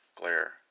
glare